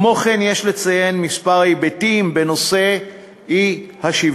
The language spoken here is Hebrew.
כמו כן, יש לציין כמה היבטים בנושא האי-שוויון.